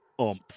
oomph